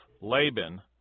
Laban